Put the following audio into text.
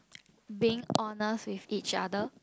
being honest with each other